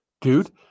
dude